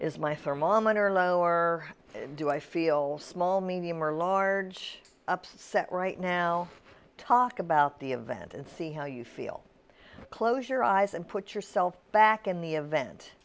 thermometer low or do i feel small medium or large upset right now talk about the event and see how you feel close your eyes and put yourself back in the event